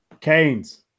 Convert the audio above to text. Canes